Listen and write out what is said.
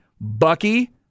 bucky